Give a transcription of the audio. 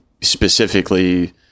specifically